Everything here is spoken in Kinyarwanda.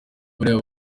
bariya